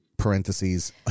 Parentheses